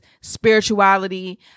spirituality